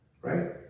right